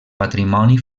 patrimoni